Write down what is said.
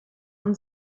und